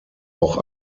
auch